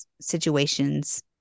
situations